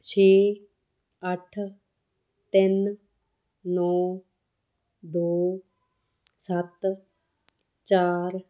ਛੇ ਅੱਠ ਤਿੰਨ ਨੌਂ ਦੋ ਸੱਤ ਚਾਰ